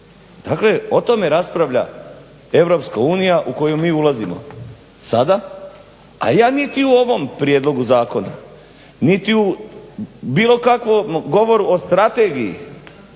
Dakle o tome raspravlja Europska unija u koju mi ulazimo sada, a ja niti u ovom prijedlogu zakona niti u bilo kakvom govoru o strategiji